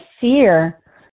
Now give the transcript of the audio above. fear